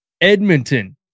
Edmonton